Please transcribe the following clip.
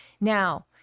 Now